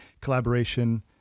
collaboration